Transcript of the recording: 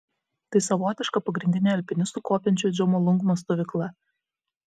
tai savotiška pagrindinė alpinistų kopiančių į džomolungmą stovykla